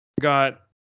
got